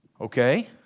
okay